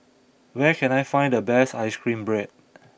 where can I find the best Ice Cream Bread